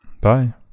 Bye